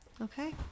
Okay